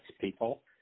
people